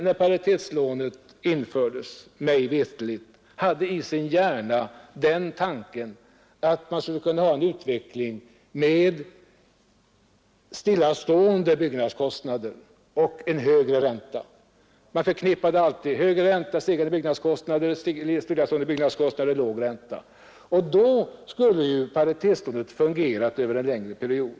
När paritetslånen infördes hade mig veterligt ingen fätt i sin hjärna tanken att vi skulle kunna ha en utveckling med stillastående byggnadskostnader och högre ränta. Man förknippade då alltid hög ränta med stegrade byggnadskostnader och stillastående byggnadskostnader med låg ränta. Då skulle också paritetslånen fungera över en längre period.